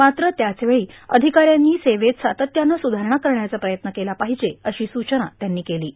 मात्र त्याचवेळी अांधकाऱ्यांनी सेवेत सातत्यानं सुधारणा करण्याचा प्रयत्न केला पर्राहजे अशी सूचना त्यांनी केलां